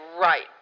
right